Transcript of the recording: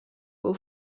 will